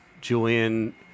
Julian